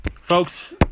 folks